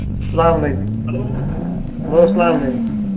اَسلام وعلیکُم hello hello اَسلام وعلیکُم